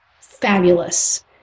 fabulous